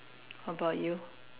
how about you